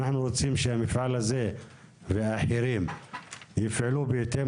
אנחנו רוצים שהמפעל הזה והאחרים יפעלו בהתאם